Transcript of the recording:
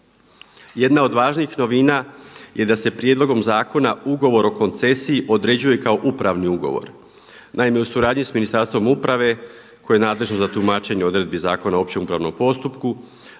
Jedna od važnih novina je da se prijedlogom zakona ugovor o koncesiji određuje kao upravni ugovor. Naime, u suradnji sa Ministarstvom uprave koje je nadležno za tumačenje odredbi Zakona o općem upravnom postupku,